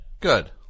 Good